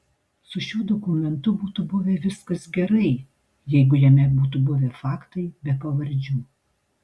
su šiuo dokumentu būtų buvę viskas gerai jeigu jame būtų buvę faktai be pavardžių